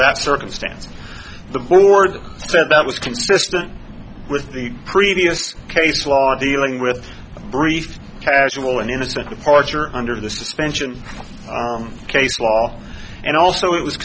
that circumstance the board said that was consistent with the previous case law dealing with brief casual and innocent departure under the suspension of case law and also it was